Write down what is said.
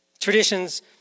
Traditions